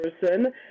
person